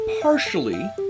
partially